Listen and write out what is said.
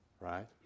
Right